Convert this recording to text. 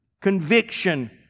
conviction